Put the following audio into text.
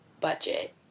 Budget